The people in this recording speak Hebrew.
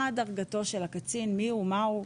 מה דרגתו של הקצין, מי הוא, מה הוא?